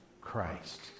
Christ